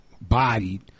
bodied